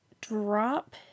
drop